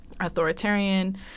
authoritarian